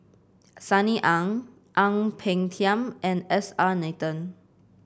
Sunny Ang Ang Peng Tiam and S R Nathan